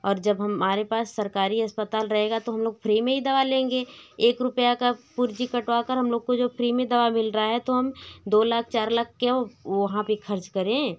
और जब हमारे पास सरकारी अस्पताल रहेगा तो हम लोग फ्री में ही दवा लेंगे एक रुपया का पुर्जी कटवा कर हम लोगों को जो फ्री में दवा मिल रहा है तो हम दो लाख चार लाख क्यों वहाँ पर खर्च करें